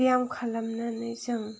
बेयाम खालामनानै जों